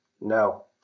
no